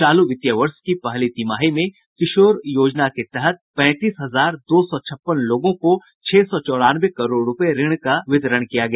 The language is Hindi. चालू वित्तीय वर्ष की पहली तिमाही में किशोर योजना के तहत पैंतीस हजार दो सौ छप्पन लोगों को छह सौ चौरानवे करोड़ रूपये का ऋण दिया गया